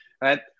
right